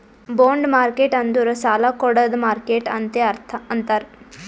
bond market ಅಂದುರ್ ಸಾಲಾ ಕೊಡ್ಡದ್ ಮಾರ್ಕೆಟ್ ಅಂತೆ ಅಂತಾರ್